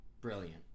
Brilliant